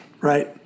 right